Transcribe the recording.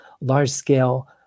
large-scale